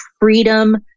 freedom